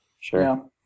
Sure